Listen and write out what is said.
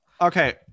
Okay